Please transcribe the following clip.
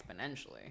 exponentially